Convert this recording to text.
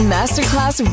Masterclass